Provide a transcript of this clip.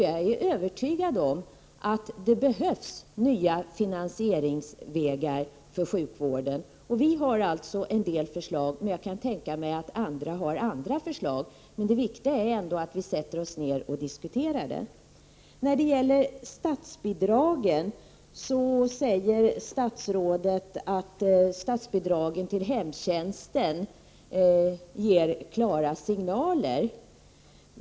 Jag är övertygad om att det behövs nya finansieringsvägar för sjukvården. Vi har alltså en del förslag, och jag kan tänka mig att andra har andra förslag. Det viktiga är ändå att vi sätter oss ner och diskuterar den här frågan. Statsrådet säger att statsbidragen till hemtjänsten ger klara signaler.